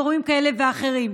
גורמים כאלה ואחרים,